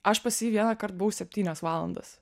aš pas jį vienąkart buvau septynias valandas